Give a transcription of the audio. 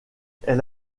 elle